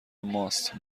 ماست